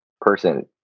person